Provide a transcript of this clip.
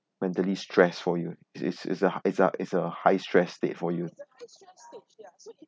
mentally stress for you is is a is a is a high stress state for you